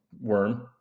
worm